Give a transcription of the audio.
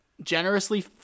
generously